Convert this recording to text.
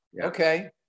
okay